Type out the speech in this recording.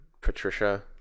Patricia